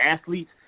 athletes